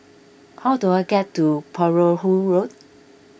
how do I get to Perahu Road